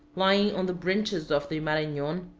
lying on the branches of the maranon,